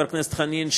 חבר הכנסת חנין,